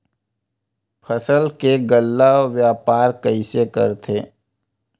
फसल के गल्ला व्यापार कइसे करथे?